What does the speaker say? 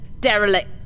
derelict